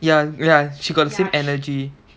ya ya she got the same energy